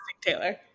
Taylor